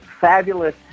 fabulous